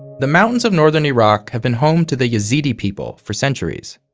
the mountains of northern iraq have been home to the yazidi people for centuries.